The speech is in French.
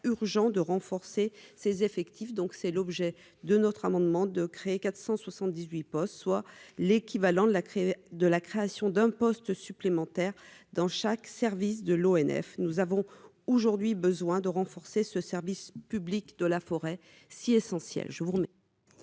urgent de renforcer ses effectifs, donc c'est l'objet de notre amendement de créer 478 postes, soit l'équivalent de la crise de la création d'un poste supplémentaire dans chaque service de l'ONF, nous avons aujourd'hui besoin de renforcer ce service public de la forêt si essentiel je vous me.